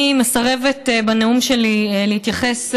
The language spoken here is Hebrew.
אני מסרבת בנאום שלי להתייחס לשרה,